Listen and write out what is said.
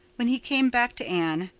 when he came back to anne,